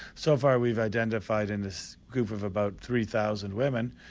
so far we've identified in this group of about three thousand women,